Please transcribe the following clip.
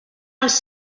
els